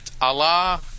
Allah